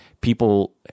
people